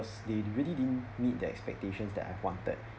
cause they really didn't meet the expectations that I wanted